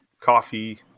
coffee